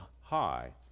high